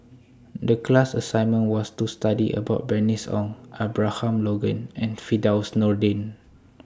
The class assignment was to study about Bernice Ong Abraham Logan and Firdaus Nordin